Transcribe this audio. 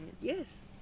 Yes